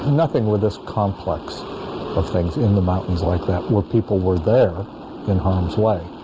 nothing with this complex of things in the mountains like that where people were there in harm's way